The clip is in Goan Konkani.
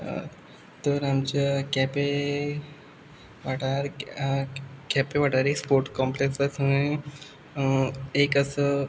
तर आमच्या केपें वाठार केपें वाठारांत एक स्पोर्ट कॉम्पलेक्स आसा थंय एक असो